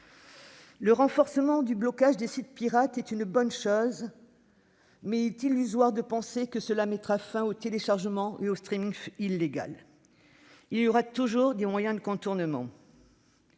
Le renforcement du blocage des sites pirates est une bonne chose, mais il est illusoire de penser que cela mettra fin au téléchargement et au illégal. Il y aura toujours des moyens de contournement.